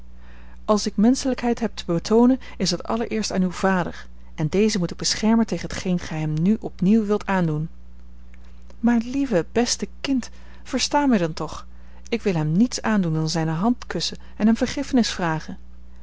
als ik menschelijkheid heb te betoonen is het allereerst aan uw vader en dezen moet ik beschermen tegen t geen gij hem nu opnieuw wilt aandoen maar lieve beste kind versta mij dan toch ik wil hem niets aandoen dan zijne hand kussen en hem vergiffenis vragen